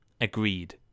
Agreed